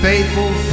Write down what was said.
Faithful